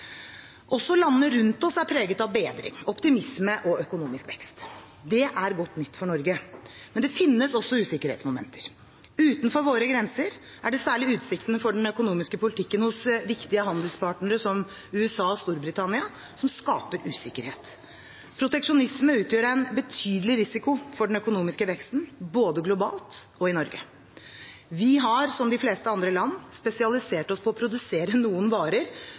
Også landene rundt oss er preget av bedring, optimisme og økonomisk vekst. Det er godt nytt for Norge. Men det finnes også usikkerhetsmomenter. Utenfor våre grenser er det særlig utsiktene for den økonomiske politikken hos viktige handelspartnere, som USA og Storbritannia, som skaper usikkerhet. Proteksjonisme utgjør en betydelig risiko for den økonomiske veksten både globalt og i Norge. Vi har, som de fleste andre land, spesialisert oss på å produsere noen varer